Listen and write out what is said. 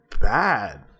bad